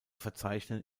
verzeichnen